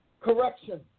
correction